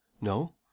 No